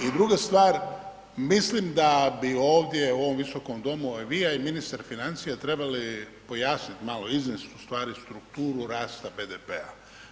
I druga stvar mislim da bi ovdje u ovom visokom domu, a i vi i ministar financija trebali pojasniti malo, iznest u stvari strukturu rasta BDP-a.